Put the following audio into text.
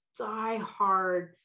diehard